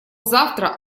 завтра